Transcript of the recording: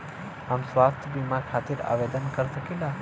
हम स्वास्थ्य बीमा खातिर आवेदन कर सकीला?